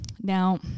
Now